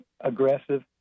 aggressive